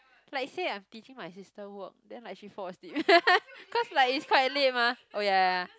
like say I'm teaching my sister work then like she fall asleep cause like it's quite late mah oh ya ya